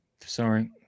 Sorry